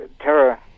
terror